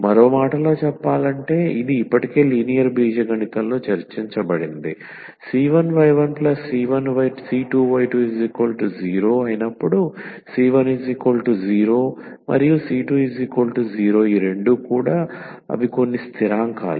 మరో మాటలో చెప్పాలంటే ఇది ఇప్పటికే లీనియర్ బీజగణితంలో చర్చించబడింది c1y1c2y20⇒c10c20 అవి కొన్ని స్థిరాంకాలు